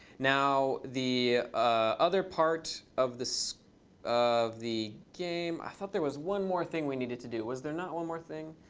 now, the other part of of the game i thought there was one more thing we needed to do. was there not one more thing?